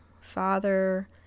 father